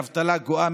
האבטלה גואה,